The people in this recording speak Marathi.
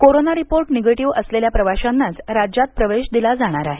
कोरोना रिपोर्ट हे निगेटिव्ह असलेल्या प्रवाशांनाच राज्यात प्रवेश दिला जाणार आहे